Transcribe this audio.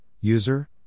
user